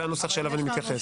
זה הנוסח שאליו אני מתייחס.